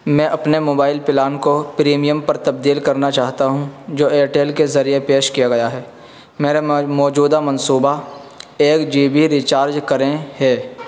میں اپنے mobile plan کو پریمیم پر تبدیل کرنا چاہتا ہوں جو ایئرٹیل کے ذریعہ پیش کیا گیا ہے میرا موجودہ منصوبہ ایک جی بی ریچارج کریں ہے